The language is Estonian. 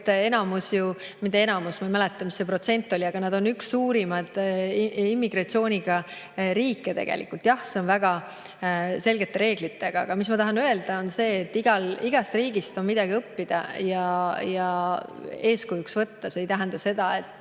ka enamus ju … Mitte enamus, ma ei mäleta, mis see protsent oli, aga nad on üks suurima immigratsiooniga riike, kuigi jah, see on väga selgete reeglitega. Aga ma tahan öelda, et igast riigist on midagi õppida ja eeskujuks võtta. See ei tähenda seda, et